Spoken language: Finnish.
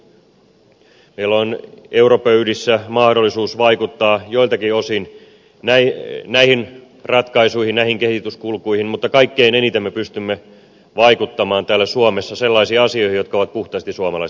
meillä on europöydissä mahdollisuus vaikuttaa joiltakin osin näihin ratkaisuihin näihin kehityskulkuihin mutta kaikkein eniten me pystymme vaikuttamaan täällä suomessa sellaisiin asioihin jotka ovat puhtaasti suomalaisten käsissä